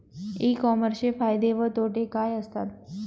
E कॉमर्सचे फायदे व तोटे काय असतात?